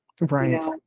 Right